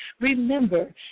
remember